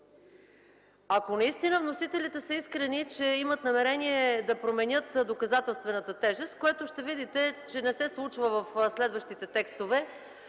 Ако наистина вносителите са искрени, че имат намерение да променят доказателствената тежест, ще видите, че това не се случва в следващите текстове,